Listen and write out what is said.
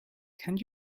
can